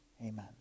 Amen